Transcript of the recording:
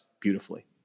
beautifully